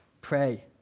pray